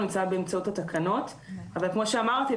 הוא נמצא באמצעות התקנות אבל כמו שאמרתי,